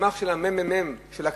מסמך של הממ"מ של הכנסת,